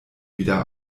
wieder